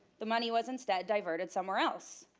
the money was instead diverted somewhere else.